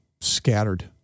scattered